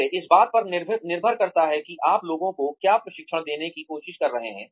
फिर से इस बात पर निर्भर करता है कि आप लोगों को क्या प्रशिक्षण देने की कोशिश कर रहे हैं